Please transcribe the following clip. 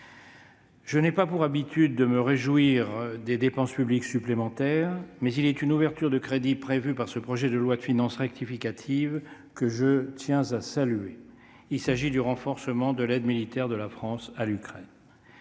Je n'ai pas pour habitude de me réjouir des dépenses publiques supplémentaires, mais il est une ouverture de crédits prévue par ce projet de loi de finances rectificative que je tiens à saluer. Il s'agit du renforcement de l'aide militaire de la France à l'Ukraine.